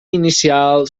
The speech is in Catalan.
inicial